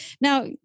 Now